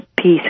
peace